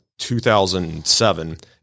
2007